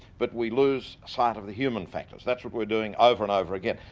but we lose sight of the human factors. that's what we're doing over and over again.